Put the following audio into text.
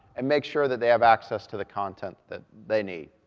and make sure that they have access to the content that they need.